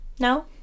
No